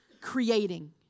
creating